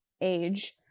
age